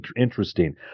interesting